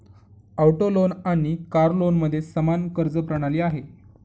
auto loan आणि car लोनमध्ये समान कर्ज प्रणाली आहे